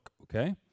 okay